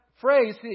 phrase